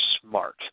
smart